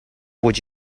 would